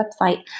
website